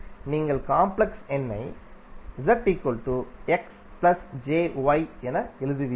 நீங்கள் காம்ப்ளெக்ஸ் எண்ணை என எழுதுவீர்கள்